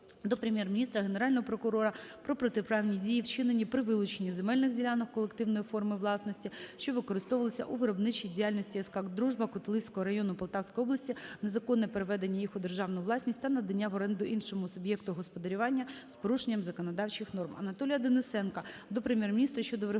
до Прем'єр-міністра, Генерального прокурора про протиправні дії вчинені при вилученні земельних ділянок колективної форми власності, що використовувалися у виробничій діяльності СК "Дружба" Котелевського району Полтавської області, незаконне переведення їх у державну власність та надання в оренду іншому суб'єкту господарювання з порушенням законодавчих норм.